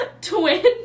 twin